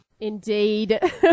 Indeed